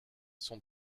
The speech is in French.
son